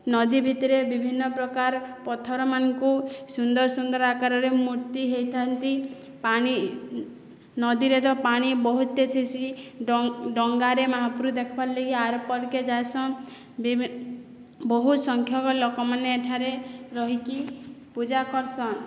ନଦୀ ଭିତରେ ବିଭିନ୍ନପ୍ରକାର୍ ପଥରମାନଙ୍କୁ ସୁନ୍ଦର ସୁନ୍ଦର ଆକାରରେ ମୂର୍ତ୍ତି ହେଇଥାନ୍ତି ପାଣି ନଦୀରେ ତ ପାଣି ବହୁତ୍ଟେ ଥିସି ଡଙ୍ଗାରେ ମହାପ୍ରଭୁ ଦେଖବାର୍ଲାଗି ଆର୍ପାରକେ ଯାଏସନ୍ ବହୁ ସଂଖ୍ୟକ ଲୋକମାନେ ଏଠାରେ ରହିକି ପୂଜା କର୍ସନ୍